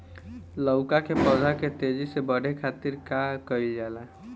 लउका के पौधा के तेजी से बढ़े खातीर का कइल जाला?